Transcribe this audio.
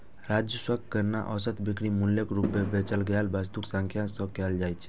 राजस्वक गणना औसत बिक्री मूल्यक रूप मे बेचल गेल वस्तुक संख्याक सं कैल जाइ छै